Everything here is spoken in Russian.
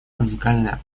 уникальная